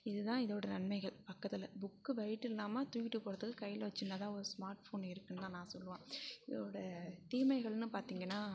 இதுதான் இதோட நன்மைகள் பக்கத்தில் புக்கு வெய்ட் இல்லாமல் தூக்கிட்டு போகறதுக்கு கையில சின்னதாக ஒரு ஸ்மார்ட் ஃபோன் இருக்குன்னு தான் நான் சொல்லுவேன் இதோட தீமைகள்ன்னு பார்த்திங்கன்னா